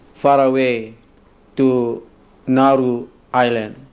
far away to nauru island.